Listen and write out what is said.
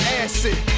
acid